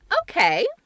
Okay